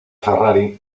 ferrari